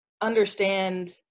understand